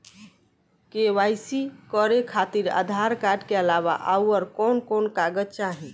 KYC करे खातिर Aadhaar card के अलावा आउरकवन कवन कागज चाहीं?